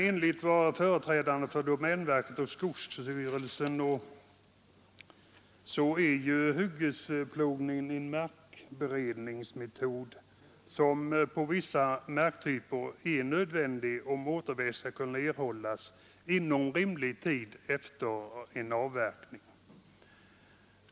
Enligt vad företrädarna för domänverket och skogsstyrelsen anser är hyggesplogning en markberedningsmetod som på vissa marktyper är nödvändig, om återväxt skall erhållas inom rimlig tid efter en avverkning.